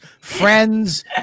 friends